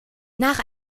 nach